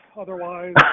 otherwise